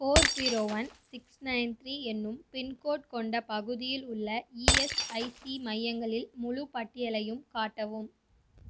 four zero one six nine three என்னும் pincode கொண்ட பகுதியில் உள்ள இஎஸ்ஐசி மையங்களின் முழுப் பட்டியலையும் காட்டவும்